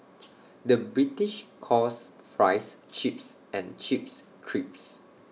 the British calls Fries Chips and Chips Crisps